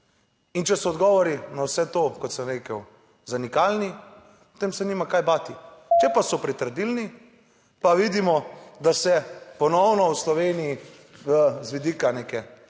in če so odgovori na vse to, kot sem rekel, zanikalni, potem se nima kaj bati. Če pa so pritrdilni, pa vidimo, da se ponovno v Sloveniji z vidika neke